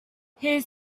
his